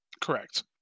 Correct